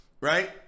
right